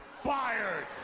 fired